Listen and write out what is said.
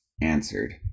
answered